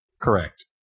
Correct